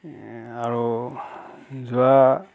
আৰু যোৱা